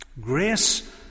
Grace